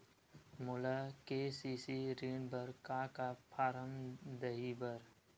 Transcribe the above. मोला के.सी.सी ऋण बर का का फारम दही बर?